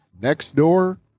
Nextdoor